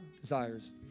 desires